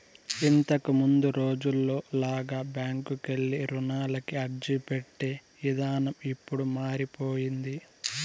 ఇంతకముందు రోజుల్లో లాగా బ్యాంకుకెళ్ళి రుణానికి అర్జీపెట్టే ఇదానం ఇప్పుడు మారిపొయ్యింది